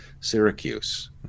syracuse